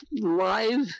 live